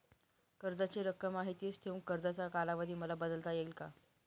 कर्जाची रक्कम आहे तिच ठेवून कर्जाचा कालावधी मला बदलता येईल का?